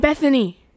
Bethany